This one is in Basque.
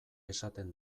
esaten